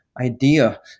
idea